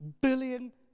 billion